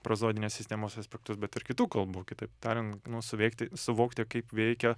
prozodinės sistemos aspektus bet ir kitų kalbų kitaip tarian nu suveikti suvokti kaip veikia